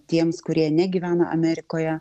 tiems kurie negyvena amerikoje